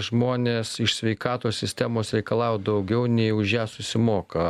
žmonės iš sveikatos sistemos reikalauja daugiau nei už ją susimoka